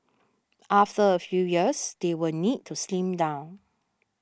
after a few years they will need to slim down